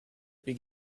big